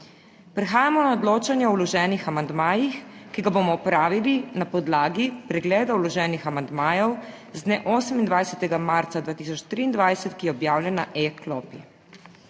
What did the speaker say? Prehajamo na odločanje o vloženih amandmajih, ki ga bomo opravili na podlagi pregleda vloženih amandmajev z dne 28. marca 2023, ki je objavljen na E-klopi.